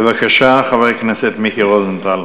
בבקשה, חבר הכנסת מיקי רוזנטל.